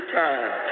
time